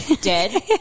dead